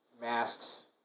masks